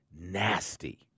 nasty